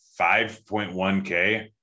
5.1K